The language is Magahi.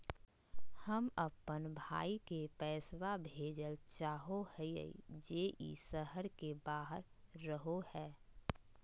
हम अप्पन भाई के पैसवा भेजल चाहो हिअइ जे ई शहर के बाहर रहो है